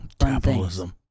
Capitalism